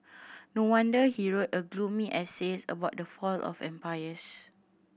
no wonder he wrote a gloomy essays about the fall of empires